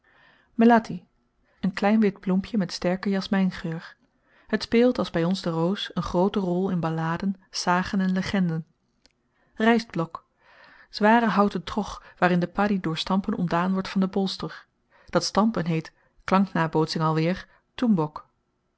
melati een klein wit bloempje met sterken jasmyngeur het speelt als by ons de roos n groote rol in balladen sagen en legenden rystblok zware houten trog waarin de padie door stampen ontdaan wordt van den bolster dat stampen heet klanknabootsing alweer